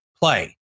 play